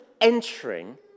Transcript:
entering